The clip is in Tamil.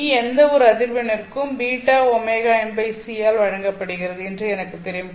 Β எந்தவொரு அதிர்வெண்ணிற்கும் βωnc ஆல் வழங்கப்படுகிறது என்று எனக்குத் தெரியும்